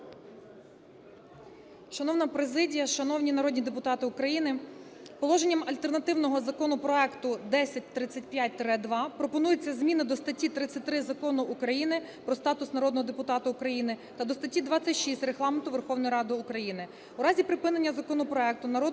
Шановна президія, шановні народні депутати України! Положенням альтернативного законопроекту 1035-2 пропонуються зміни до статті 33 Закону України "Про статус народного депутата України" та до статті 26 Регламенту Верховної Ради України,